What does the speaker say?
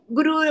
Guru